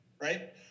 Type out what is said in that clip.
right